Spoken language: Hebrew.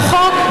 בחוק,